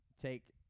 take